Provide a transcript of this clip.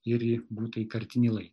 ir būtąjį kartinį laiką